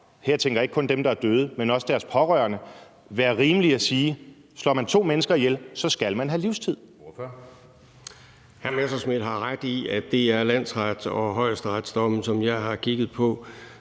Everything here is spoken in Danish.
her tænker jeg ikke kun på dem, der er døde, men også deres pårørende – være rimeligt at sige, at slår man to mennesker ihjel, skal man have livstid?